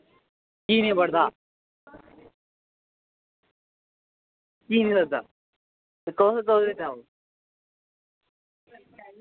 कीह् नी पढ़दा काह् नी पढ़दा ते कदूं दा